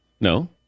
No